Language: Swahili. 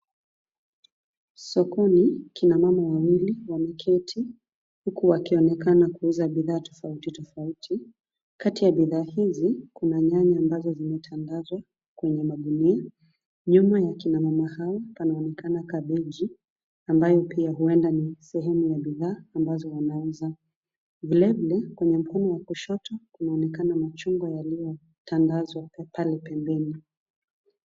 Sokoni kina mama wawili wameketi, huku wakionekana kuuza bidhaa tofauti tofauti. Kati ya bidhaa hizi kuna nyanya ambazo zimetandazwa kwenye magunia. Nyuma ya kina mama hao panaonekana kabeji ambayo pia huenda kuwa ni sehemu ya bidhaa ambazo wanauza, vile vile kwenye mkono wa kushoto kunaonekana machungwa yaliyo tandazwa pale pembeni.